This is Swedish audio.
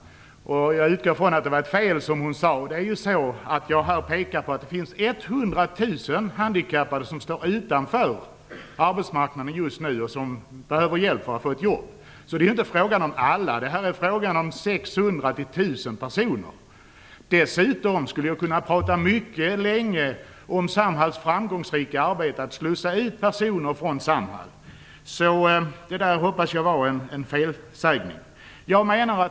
Jag utgår ifrån att det var en felsägning. Jag har här pekat på att det finns 100 000 handikappade som just nu står utanför arbetsmarknaden och som behöver hjälp för att få ett jobb. Det är alltså inte fråga om alla handikappade, utan det gäller 600-1 000 personer. Dessutom skulle jag kunna tala mycket och länge om Samhalls framgångsrika arbete med att slussa ut människor från Samhall. Jag hoppas att det där var en felsägning.